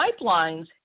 pipelines